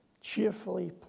Cheerfully